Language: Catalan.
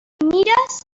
mires